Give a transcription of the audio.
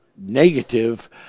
negative